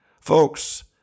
Folks